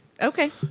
okay